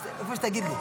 איפה שתגיד.